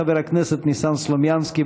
חבר הכנסת ניסן סלומינסקי.